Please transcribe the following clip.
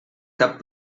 cap